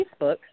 Facebook